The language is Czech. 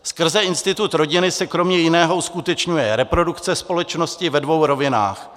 Skrze institut rodiny se kromě jiného uskutečňuje reprodukce společnosti ve dvou rovinách.